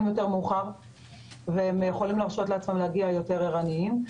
יותר מאוחר והם יכולים להרשות לעצמם להגיע יותר ערניים,